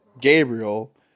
Gabriel